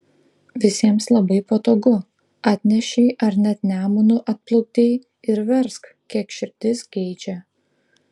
visiems labai patogu atnešei ar net nemunu atplukdei ir versk kiek širdis geidžia